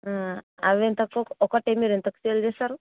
అవి ఎంతకి ఒకటి మీరు ఎంతకీ సేల్ చేస్తారు